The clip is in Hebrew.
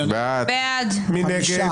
מי נגד?